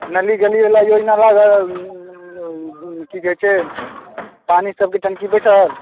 नली गलीवला योजना लागल की कहैत छै पानि सभके टन्की बैठल